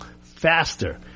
faster